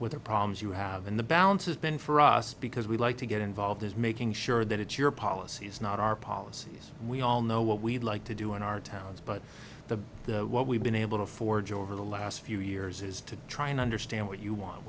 with the problems you have in the balance has been for us because we like to get involved is making sure that it's your policies not our policies we all know what we'd like to do in our towns but the what we've been able to forge over the last few years is to try and understand what you want